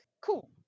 cool